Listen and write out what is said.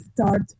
start